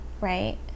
right